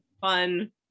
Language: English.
fun